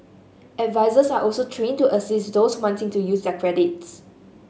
advisers are also trained to assist those wanting to use their credits